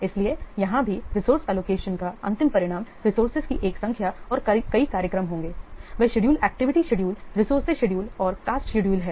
इसलिए यहां भी रिसोर्स एलोकेशन का अंतिम परिणाम रिसोर्सेज की एक संख्या और कई कार्यक्रम होंगे वे schedule activity schedule resource schedule और कॉस्ट शेड्यूल हैं